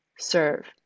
serve